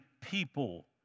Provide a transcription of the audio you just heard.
people